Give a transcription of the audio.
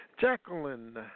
Jacqueline